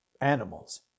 animals